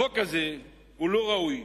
החוק הזה לא ראוי,